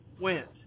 went